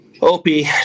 Opie